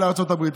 לארצות הברית.